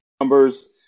numbers